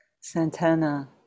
Santana